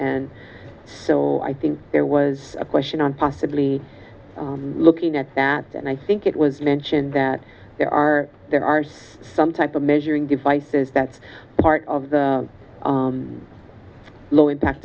and so i think there was a question on possibly looking at that and i think it was mentioned that there are there are some some type of measuring devices that's part of the low impact